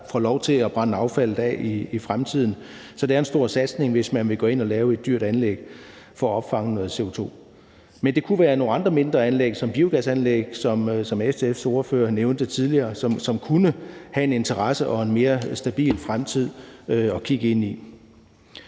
der får lov til at brænde affaldet af i fremtiden, så det er en stor satsning, hvis man vil gå ind og lave et dyrt anlæg for at opfange noget CO2. Men det kunne, som SF's ordfører nævnte tidligere, være nogle andre, mindre anlæg såsom biogasanlæg, som kunne have en interesse og en mere stabil fremtid at kigge ind i.